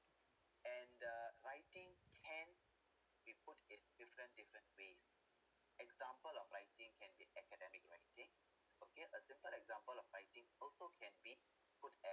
and uh writing can be put it different different base example of writing can be academic writing okay a simple example of writing also can be put as